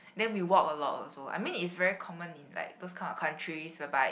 then we walk a lot also I mean it's very common in like those kind of countries whereby